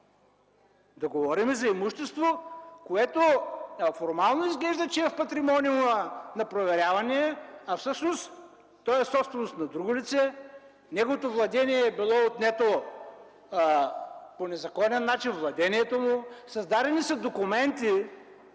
да говорим за имущество, което формално изглежда, че е в патримониума на проверявания, а всъщност то е собственост на друго лице, неговото владение е било отнето по незаконен начин, създадени са документи